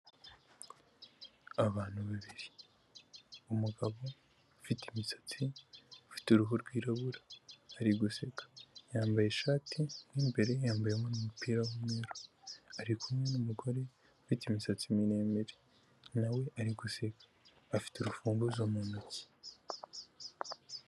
Abantu babiri, umugabo ufite imisatsi, ufite uruhu rwirabura, ari guseka, yambaye ishati, mo imbere yambayemo n'umupira w'umweru, ari kumwe n'umugore ufite imisatsi miremire na we ari guseka. Afite urufunguzo mu ntoki.